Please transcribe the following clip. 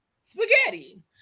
spaghetti